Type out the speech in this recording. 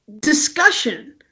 discussion